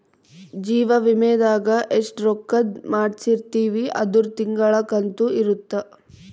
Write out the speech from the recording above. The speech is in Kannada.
ಜೀವ ವಿಮೆದಾಗ ಎಸ್ಟ ರೊಕ್ಕಧ್ ಮಾಡ್ಸಿರ್ತಿವಿ ಅದುರ್ ತಿಂಗಳ ಕಂತು ಇರುತ್ತ